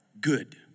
good